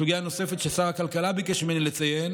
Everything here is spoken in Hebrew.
סוגיה נוספת ששר הכלכלה ביקש ממני לציין